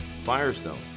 Firestone